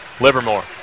Livermore